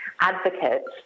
advocates